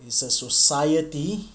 it's a society